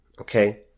okay